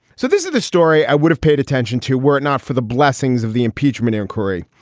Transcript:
so this is the story i would have paid attention to were it not for the blessings of the impeachment inquiry.